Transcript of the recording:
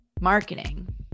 Marketing